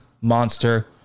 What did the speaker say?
monster